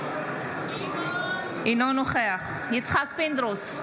אינו נוכח יצחק פינדרוס,